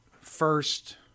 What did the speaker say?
first